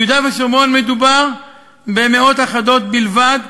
ביהודה ושומרון מדובר במאות אחדות בלבד,